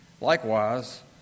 Likewise